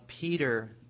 Peter